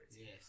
Yes